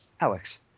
Alex